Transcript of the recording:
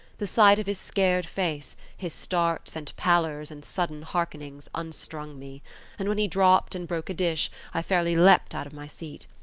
the sight of his scared face, his starts and pallors and sudden harkenings, unstrung me and when he dropped and broke a dish, i fairly leaped out of my seat.